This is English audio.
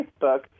Facebook